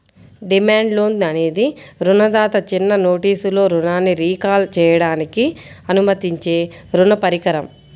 demand loan అనేది రుణదాత చిన్న నోటీసులో రుణాన్ని రీకాల్ చేయడానికి అనుమతించే రుణ పరికరం